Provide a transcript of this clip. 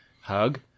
hug